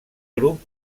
grup